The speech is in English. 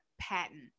patent